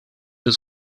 his